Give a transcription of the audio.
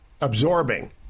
absorbing